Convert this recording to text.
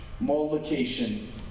multiplication